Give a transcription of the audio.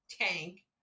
tank